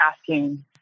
asking